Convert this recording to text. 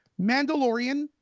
Mandalorian